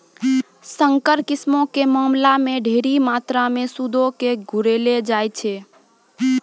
संकर किस्मो के मामला मे ढेरी मात्रामे सूदो के घुरैलो जाय छै